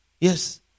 yes